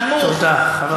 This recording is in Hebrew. נמוך,